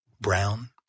brown